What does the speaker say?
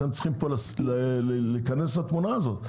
אתם צריכים פה להיכנס לתמונה הזו,